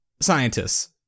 scientists